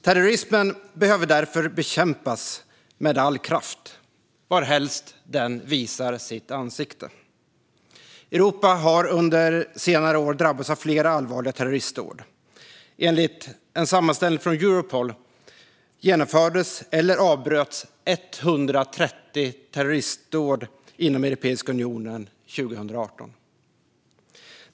Terrorismen behöver därför bekämpas med all kraft varhelst den visar sitt ansikte. Europa har under senare år drabbats av flera allvarliga terroristdåd. Enligt en sammanställning från Europol genomfördes eller avbröts 130 terroristdåd inom Europeiska unionen 2018.